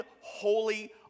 holy